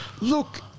Look